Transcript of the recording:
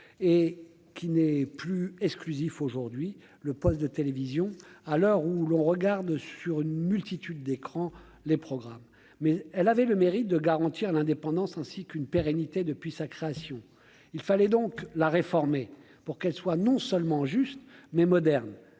et qui n'est plus exclusif aujourd'hui le poste de télévision à l'heure où l'on regarde sur une multitude d'écrans les programmes, mais elle avait le mérite de garantir l'indépendance ainsi qu'une pérennité depuis sa création, il fallait donc la réformer pour qu'elle soit non seulement juste mais moderne,